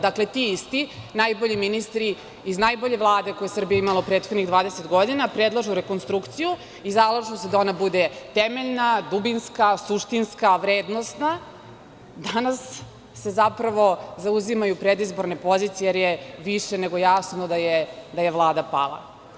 Dakle ti isti najbolji ministri iz najbolje Vlade koju je Srbija imala u prethodnih 20 godina, predlažu rekonstrukciju i zalažu se da ona bude temeljna, dubinska, suštinska, vrednosna, danas se zauzimaju predizborne pozicije jer je više nego jasno da je Vlada pala.